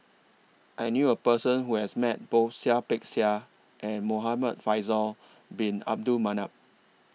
I knew A Person Who has Met Both Seah Peck Seah and Muhamad Faisal Bin Abdul Manap